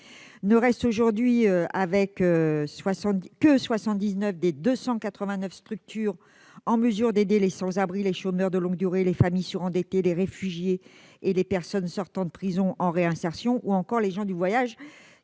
Ne restent aujourd'hui que 79 des 289 structures en mesure d'aider les sans-abri, les chômeurs de longue durée, les familles surendettées, les réfugiés et les personnes sortant de prison en réinsertion ou encore les gens du voyage,